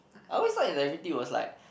I always thought integrity was like